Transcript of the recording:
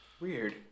Weird